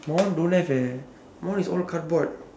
my one don't have eh my one is all cardboard